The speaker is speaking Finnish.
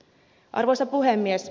arvoisa puhemies